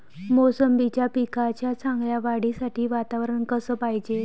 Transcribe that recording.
मोसंबीच्या पिकाच्या चांगल्या वाढीसाठी वातावरन कस पायजे?